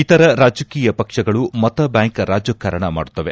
ಇತರ ರಾಜಕೀಯ ಪಕ್ಷಗಳು ಮತ ಬ್ನಾಂಕ್ ರಾಜಕಾರಣ ಮಾಡುತ್ತವೆ